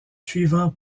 suivants